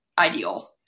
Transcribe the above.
ideal